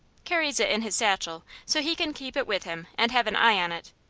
carries it in his satchel, so he can keep it with him and have an eye on it.